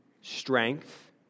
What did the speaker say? strength